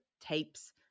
tapes